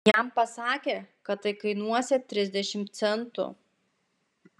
jam pasakė kad tai kainuosią trisdešimt centų